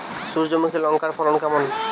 সূর্যমুখী লঙ্কার ফলন কেমন?